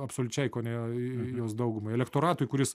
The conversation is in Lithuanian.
absoliučiai kone jos daugumai elektoratui kuris